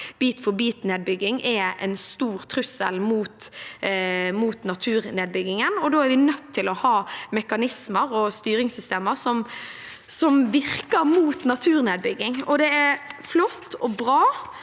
er en stor trussel mot naturen. Da er vi nødt til å ha mekanismer og styringssystemer som virker mot naturnedbygging. Det er flott og bra